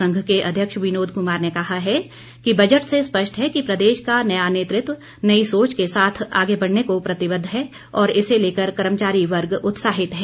संघ के अध्यक्ष विनोद कुमार ने कहा है कि बजट से स्पष्ट है कि प्रदेश का नया नेतृत्व नई सोच के साथ आगे बढ़ने को प्रतिबद्ध है और इसे लेकर कर्मचारी वर्ग उत्साहित है